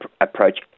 approach